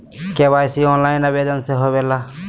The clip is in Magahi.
के.वाई.सी ऑनलाइन आवेदन से होवे ला?